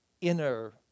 inner